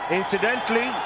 incidentally